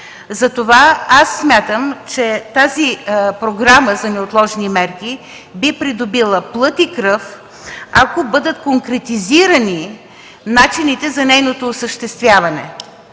Затова аз смятам, че тази програма за неотложни мерки би придобила плът и кръв, ако бъдат конкретизирани начините за нейното осъществяване.